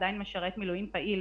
עדיין משרת פעיל במילואים,